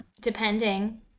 Depending